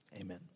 amen